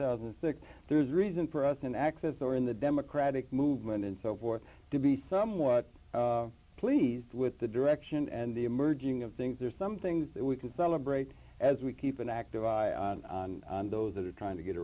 thousand and six there's reason for us an axis or in the democratic movement and so forth to be somewhat pleased with the direction and the emerging of things there's some things that we can celebrate as we keep an active those that are trying to get